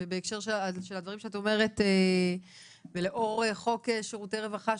בהקשר לדברים שאת אומרת ולאור חוק שירותי רווחה,